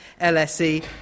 LSE